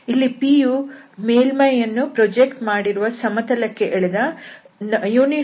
ಇಲ್ಲಿ pಯು ಮೇಲ್ಮೈ ಯನ್ನು ಪ್ರೊಜೆಕ್ಟ್ ಮಾಡಿರುವ ಸಮತಲಕ್ಕೆ ಎಳೆದ ಏಕಾಂಶ ಲಂಬ ಸದಿಶ